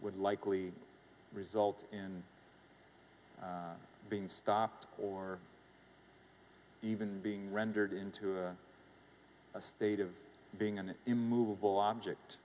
would likely result in being stopped or even being rendered into a state of being an immovable object